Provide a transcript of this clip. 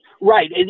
Right